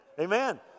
Amen